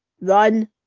Run